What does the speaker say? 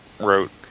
wrote